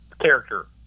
character